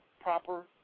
proper